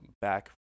back